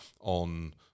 on